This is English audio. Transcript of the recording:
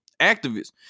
activists